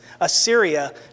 Assyria